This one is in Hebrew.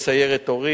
בתפקידי סיירת הורים,